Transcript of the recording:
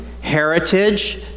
heritage